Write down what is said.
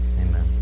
Amen